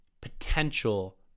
potential